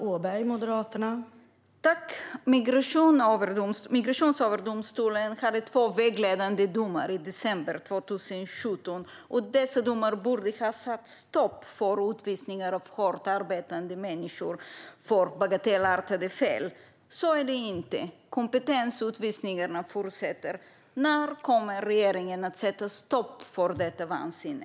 Fru talman! Migrationsöverdomstolen har kommit med två vägledande från december 2017. Dessa domar borde ha satt stopp för utvisningar av hårt arbetande människor för bagatellartade fel. Så är det inte. Kompetensutvisningarna fortsätter. När kommer regeringen att sätta stopp för detta vansinne?